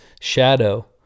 shadow